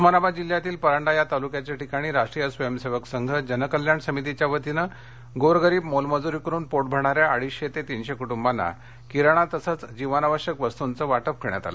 उस्मानाबाद जिल्ह्यातील परांडा या तालुक्याच्या ठिकाणी राष्ट्रीय स्वयंसेवक संघ जनकल्याण समितीच्या वतीन गोरगरीब मोलमजुरी करून पोट भरणाऱ्या अडीचशे ते तीनशे कुटुंबाना किराणा तसेच जीवनावश्यक वस्तूंचे वाटप करण्यात आले